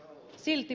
miksi